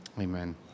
amen